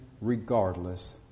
regardless